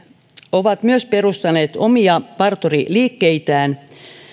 ovat myös perustaneet omia parturiliikkeitään